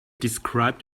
described